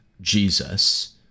Jesus